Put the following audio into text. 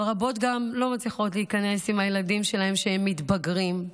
אבל רבות גם לא מצליחות להיכנס עם הילדים המתבגרים שלהן.